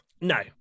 No